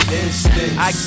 instance